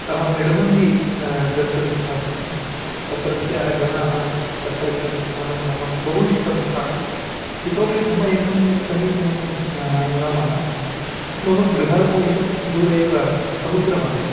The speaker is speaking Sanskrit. अहम् इडगुञ्जि गन्तुम् इच्छामि स्म तत्रत्याः जनाः तत्रत्यं स्थानं मम बहु इष्टं स्थानम् इतोऽपि मम एकं समीचीनं नाम मम गृहात् ईशत् दूरे एव समुद्रः आसीत्